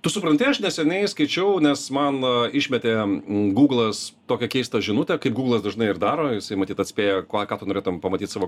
tu supranti aš neseniai skaičiau nes man išmetė gūglas tokią keistą žinutę kaip gūglasi dažnai ir daro jisai matyt atspėja ką tu norėtum pamatyt savo